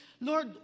Lord